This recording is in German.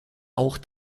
auch